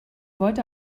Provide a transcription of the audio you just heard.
wollte